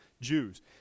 Jews